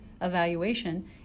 evaluation